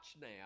now